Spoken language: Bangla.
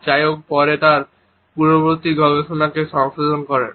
যাইহোক পরে তিনি তার পূর্ববর্তী গবেষণাকে সংশোধন করেন